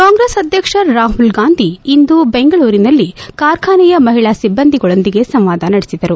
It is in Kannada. ಕಾಂಗ್ರೆಸ್ ಅಧ್ಯಕ್ಷ ರಾಹುಲ್ ಗಾಂಧಿ ಇಂದು ಬೆಂಗಳೂರಿನಲ್ಲಿ ಕಾರ್ಖಾನೆಯ ಮಹಿಳಾ ಸಿಬ್ಬಂದಿಗಳೊಂದಿಗೆ ಸಂವಾದ ನಡೆಸಿದರು